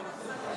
תודה רבה,